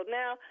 now